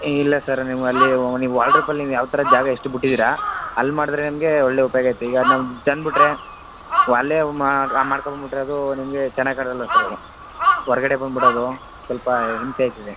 ಇಲ್ಲ ಸರ್ ನೀವಲ್ಲಿ ನೀವು ವಾಡ್ರೊಬಲ್ಲಿ ನೀವು ಯಾವ ತರ ಜಾಗ ಎಷ್ಟು ಬಿಟ್ಟಿದ್ದೀರ ಅಲ್ಲಿ ಮಾಡಿದರೆ ನಿಮಗೆ ಒಳ್ಳೆ ಉಪಯೋಗೈತೆ ಈಗ ನಾವು ತಂದ್ಬಿಟ್ರೆ ಒ ಅಲ್ಲೇ ಹೋಗಿ ಮಾಡಿ ಆ ಮಾಡ್ಕೋ ಬಂದು ಬಿಟ್ರೆ ಅದು ನಿಮಗೆ ಚೆನ್ನಾಗಿ ಕಾಣೋಲ್ಲ ಸರ್ ಅದು ಹೊರಗಡೆ ಬಂದು ಬಿಡೋದು ಸ್ವಲ್ಪ ಹಿಂಸೆ ಆಗ್ತದೆ